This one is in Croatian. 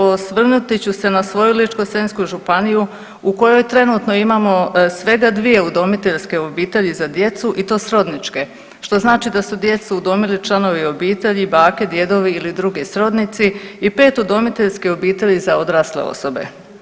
Osvrnuti ću se na svoju Ličko-senjsku županiju u kojoj trenutno imamo svega 2 udomiteljske obitelji za djecu i to srodničke, što znači da su djecu udomili članovi obitelji, bake, djedovi ili drugi srodnici i 5 udomiteljskih obitelji za odrasle osobe.